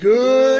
Good